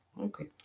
Okay